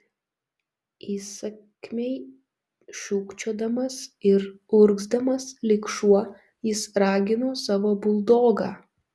įsakmiai šūkčiodamas ir urgzdamas lyg šuo jis ragino savo buldogą